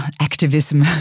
activism